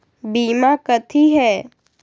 बीमा कथी है?